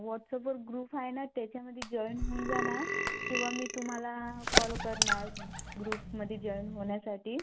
वॉट्सअपवर ग्रूप आहे ना त्याच्यामध्ये जॉइन होऊन जाणार किंवा मी तुम्हाला कॉल करणार ग्रूपमध्ये जॉइन होण्यासाठी